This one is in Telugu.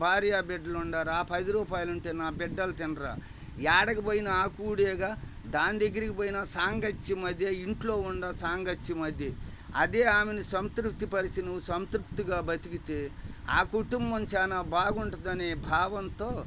భార్య బిడ్డలు ఉన్నారు ఆ పది రూపాయలు ఉంటే నా బిడ్డలు తినరా ఎక్కడికి పోయిన ఆ కూడేగా దాని దగ్గరికి పోయినా సాంగత్యం అదే ఇంట్లో ఉన్నా సాంగత్యం అదే అదే ఆమెని సంతృప్తిపరిచి నువ్వు సంతృప్తిగా బతికితే ఆ కుటుంబం చాలా బాగుంటుందనే భావంతో